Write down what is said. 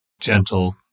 gentle